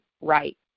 right